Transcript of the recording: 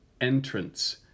entrance